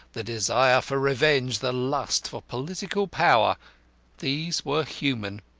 the desire for revenge, the lust for political power these were human.